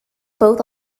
both